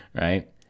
right